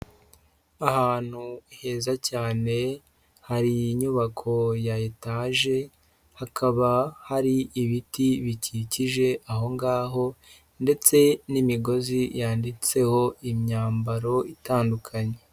Ahantu heza cyane hari inyubako ya etaje hakaba hari ibiti bikikije aho ngaho, ndetse n'imigozi yanitseho imyambaro itandukanye.